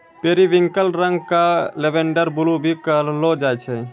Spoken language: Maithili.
पेरिविंकल रंग क लेवेंडर ब्लू भी कहलो जाय छै